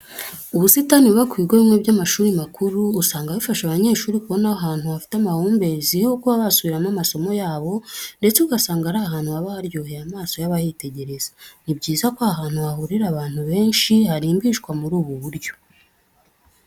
Ubusitani buba ku bigo bimwe by'amashuri makuru, usanga bifasha abanyeshuri kubona ahantu hafite amahumbezi ho kuba basubiriramo amasomo yabo ndetse ugasanga ari ahantu haba haryoheye amaso y'abahitegereza. Ni byiza ko ahantu hahurira abantu benshi harimbishwa muri ubu buryo.